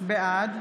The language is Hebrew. בעד